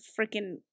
freaking